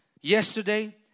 yesterday